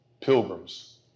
Pilgrims